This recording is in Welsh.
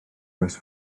oes